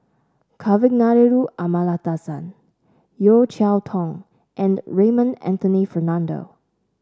Kavignareru Amallathasan Yeo Cheow Tong and Raymond Anthony Fernando